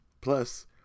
Plus